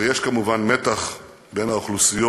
ויש כמובן מתח בין האוכלוסיות.